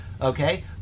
okay